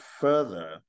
further